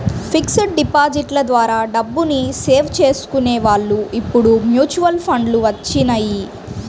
fixed డిపాజిట్ల ద్వారా డబ్బుని సేవ్ చేసుకునే వాళ్ళు ఇప్పుడు మ్యూచువల్ ఫండ్లు వచ్చినియ్యి